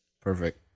Perfect